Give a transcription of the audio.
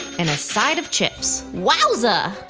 and a side of chips. wowza!